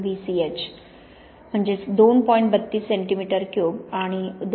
32 cm3 2